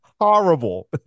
Horrible